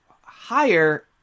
higher